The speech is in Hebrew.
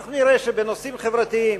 אנחנו נראה שבנושאים חברתיים,